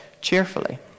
cheerfully